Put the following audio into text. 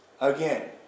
again